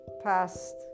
past